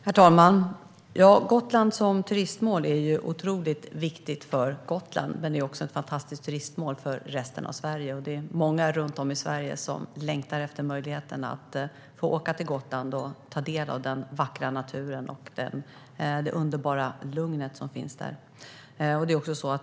Herr talman! Gotland som turistmål är otroligt viktigt för Gotland. Det är också ett fantastiskt turistmål för resten av Sverige, och det är många runt om i landet som längtar efter möjligheten att få åka till Gotland och ta del av den vackra natur och det underbara lugn som finns där.